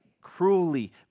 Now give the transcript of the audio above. cruelly